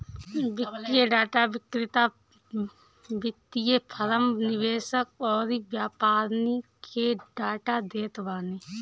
वित्तीय डाटा विक्रेता वित्तीय फ़रम, निवेशक अउरी व्यापारिन के डाटा देत बाने